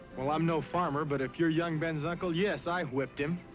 well, i'm no farmer, but if you're young ben's uncle, yes, i whipped him,